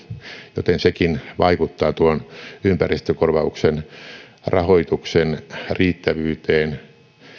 joten sekin vaikuttaa tuon ympäristökorvauksen rahoituksen riittävyyteen